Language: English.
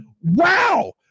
wow